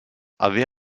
avait